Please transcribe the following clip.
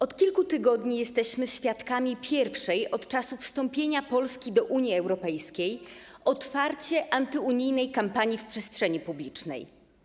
Od kilku tygodni jesteśmy świadkami pierwszej od czasów wstąpienia Polski do Unii Europejskiej otwarcie antyunijnej kampanii w przestrzeni publicznej.